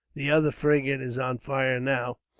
the other frigate is on fire now.